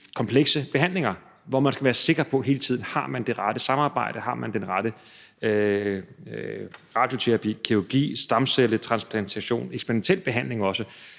komplekse behandlinger, hvor man skal være sikker på, at man hele tiden har det rette samarbejde og man har den rette radioterapi, kirurgi, stamcelletransplantation og også eksperimentel behandling, og